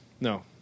No